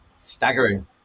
Staggering